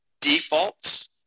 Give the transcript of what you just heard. Defaults